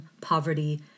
poverty